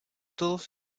todos